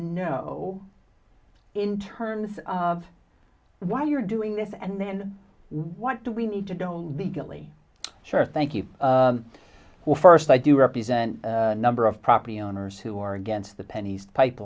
know in terms of why you're doing this and then what do we need to don't legally sure thank you well first i do represent a number of property owners who are against the pennies pipe